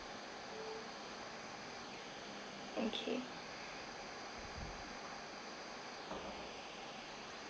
okay